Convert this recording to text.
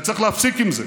וצריך להפסיק עם זה.